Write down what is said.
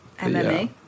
MMA